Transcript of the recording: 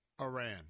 Iran